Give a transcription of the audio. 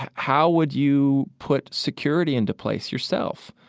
ah how would you put security into place yourself?